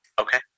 Okay